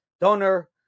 donor